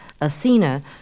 Athena